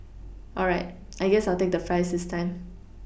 all right I guess I'll take the Fries this time